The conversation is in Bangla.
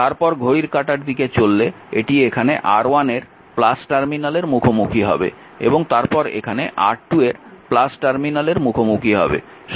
তারপর ঘড়ির কাঁটার দিকে চললে এটি এখানে R1 এর টার্মিনালের মুখোমুখি হবে এবং তারপর এখানে R2 এর টার্মিনালের মুখোমুখি হবে